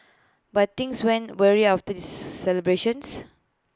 but things went awry after the celebrations